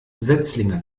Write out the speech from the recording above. setzlinge